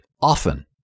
often